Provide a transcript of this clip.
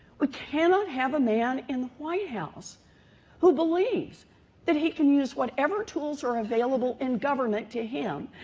we cannot have a man in the white house who believes that he can use whatever tools are available in government to him.